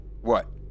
What